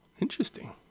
Interesting